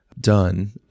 done